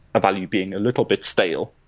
a value being a little bit stale,